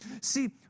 See